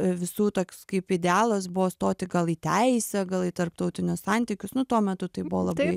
visų toks kaip idealas buvo stoti gal į teisę gal į tarptautinius santykius nu tuo metu tai buvo labai